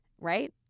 Right